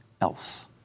else